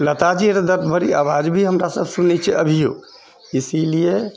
लता जी दर्द भरी आवाज भी हमरा सब सुन लेइ छिऐ अभिओ इसीलिए